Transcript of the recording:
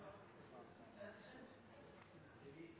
saka